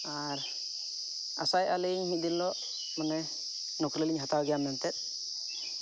ᱟᱨ ᱟᱥᱟᱭᱮᱫᱼᱟᱞᱤᱧ ᱢᱤᱫ ᱫᱤᱱ ᱦᱤᱞᱳᱜ ᱢᱟᱱᱮ ᱱᱩᱠᱨᱤᱞᱤᱧ ᱦᱟᱛᱟᱣ ᱜᱮᱭᱟ ᱢᱮᱱᱛᱮ